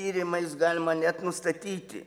tyrimais galima net nustatyti